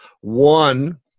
One